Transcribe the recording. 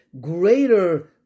greater